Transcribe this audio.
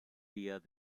días